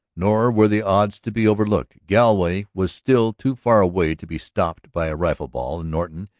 nor were the odds to be overlooked. galloway was still too far away to be stopped by a rifle-ball, and norton,